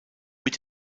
mit